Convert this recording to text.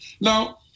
Now